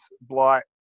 Blight